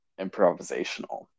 improvisational